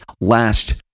last